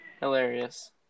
hilarious